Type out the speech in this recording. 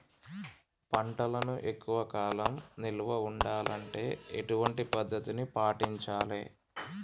పంటలను ఎక్కువ కాలం నిల్వ ఉండాలంటే ఎటువంటి పద్ధతిని పాటించాలే?